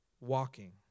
walking